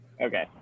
Okay